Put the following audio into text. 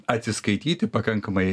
atsiskaityti pakankamai